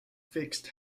fixed